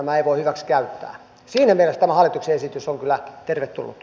siinä mielessä tämä hallituksen esitys on kyllä tervetullut